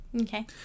Okay